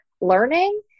learning